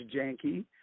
Janky